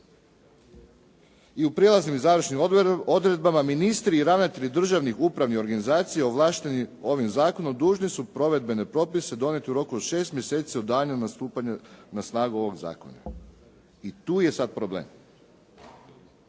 I u prijelaznim i završnim odredbama ministri i ravnatelji državnih upravnih organizacija, ovlašteni ovim zakonom, dužni su provedbene propise donijeti u roku od 6 mjeseci od dana stupanja na snagu ovog zakona. I tu je sad problem.